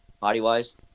body-wise